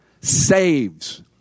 saves